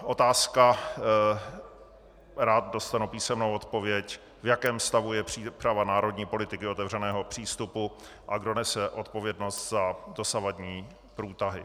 Otázka, rád dostanu písemnou odpověď: V jakém stavu je příprava národní politiky otevřeného přístupu a kdo nese odpovědnost za dosavadní průtahy?